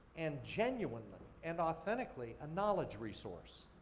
and genuinely, and authentically, a knowledge resource.